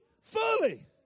fully